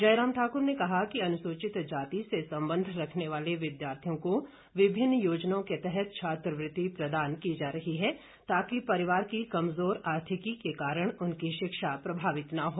जयराम ठाकुर ने कहा कि अनुसूचित जाति से संबंध रखने वाले विद्यार्थियों को विभिन्न योजनाओं के तहत छात्रवृत्ति प्रदान की जा रही है ताकि परिवार की कमजोर आर्थिकी के कारण उनकी शिक्षा प्रभावित न हो